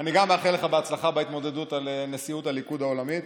אני גם מאחל לך בהצלחה בהתמודדות על נשיאות הליכוד העולמית.